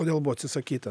kodėl buvo atsisakyta